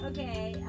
Okay